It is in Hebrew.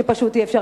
שפשוט אי-אפשר,